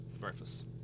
Breakfast